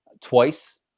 twice